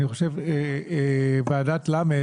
אני חושבת שוועדת ל'